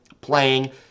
playing